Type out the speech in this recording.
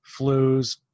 flus